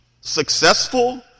successful